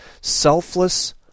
Selfless